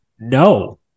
No